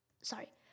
sorry